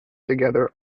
together